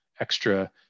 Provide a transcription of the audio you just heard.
extra